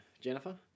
Jennifer